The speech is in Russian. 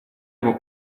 его